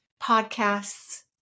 podcasts